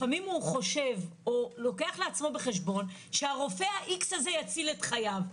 לפעמים הוא חושב או לוקח בחשבון שהרופא X הזה יציל את חייו,